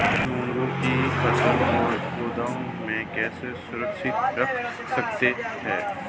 मूंग की फसल को गोदाम में कैसे सुरक्षित रख सकते हैं?